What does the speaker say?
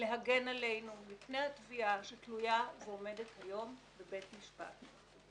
להגן עלינו מפני התביעה שתלויה ועומדת היום בבית משפט.